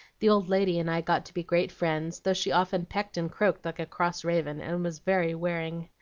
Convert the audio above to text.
the old lady and i got to be great friends though she often pecked and croaked like a cross raven, and was very wearing.